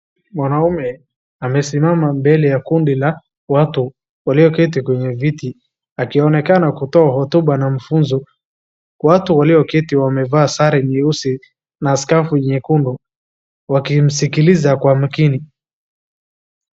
Mwanaume amesimama mbele ya kundi la watu walioketi kwenye viti akionekana kutoa hotuba na mafunzo. Watu walioketi wamevaa sare nyeusi na skafu nyekundu wakimsikiliza kwa makini.